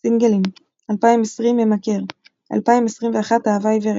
סינגלים 2020 "ממכר" 2021 "אהבה עיוורת"